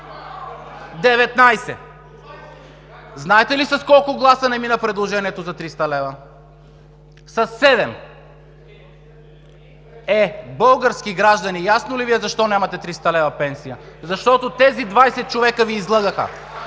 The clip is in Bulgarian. Знаете ли с колко гласа не мина предложението за 300 лв.?! Със седем. Е, български граждани, ясно ли Ви е защо нямате 300 лв. пенсия – защото тези 20 човека Ви излъгаха.